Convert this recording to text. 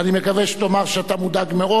אני מקווה שתאמר שאתה מודאג מאוד